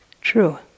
true